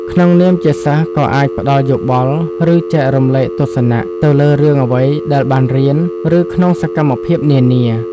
ក្នុងនាមជាសិស្សក៏អាចផ្ដល់យោបល់ ឬចែករំលែកទស្សនៈ ទៅលើរឿងអ្វីដែលបានរៀន ឬក្នុងសកម្មភាពនានា។